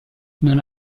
non